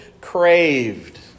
craved